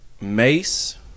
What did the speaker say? Mace